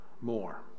more